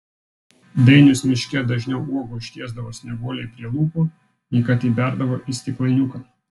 dainius miške dažniau uogų ištiesdavo snieguolei prie lūpų nei kad įberdavo į stiklainiuką